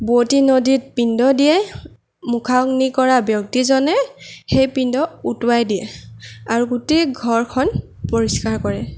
বোৱতী নদীত পিণ্ড দিয়ে মুখাগ্নি কৰা ব্যক্তিজনে সেই পিণ্ড উটুৱাই দিয়ে আৰু গোটেই ঘৰখন পৰিষ্কাৰ কৰে